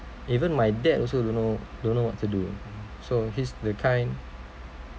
even my dad also don't know don't know what to do so he's the kind